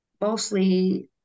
mostly